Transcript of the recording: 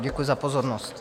Děkuji za pozornost.